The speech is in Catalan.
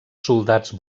soldats